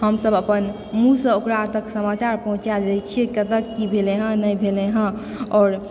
हमसब अपन मुँह सॅं ओकरा ओतऽ समाचार पहुँचा दै छियै जे कतऽ की भेलै हँ नहि भेलै हँ आओर